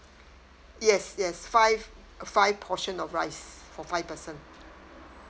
yes yes five five portion of rice for five person